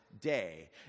day